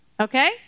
Okay